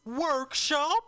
Workshop